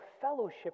fellowship